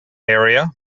area